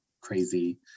crazy